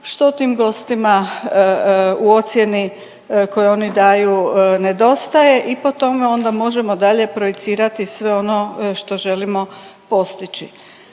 što tim gostima u ocijeni koju oni daju nedostaje i po tome onda možemo dalje projicirati sve ono što želimo postići.